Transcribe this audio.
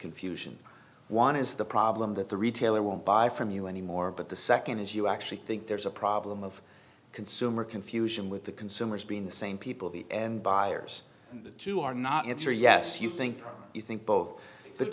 confusion one is the problem that the retailer won't buy from you anymore but the second is you actually think there's a problem of consumer confusion with the consumers being the same people the end buyers the two are not yet sure yes you think you think both